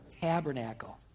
tabernacle